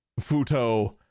Futo